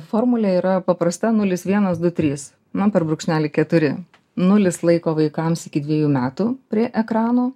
formulė yra paprasta nulis vienas du trys nu per brūkšnelį keturi nulis laiko vaikams iki dvejų metų prie ekrano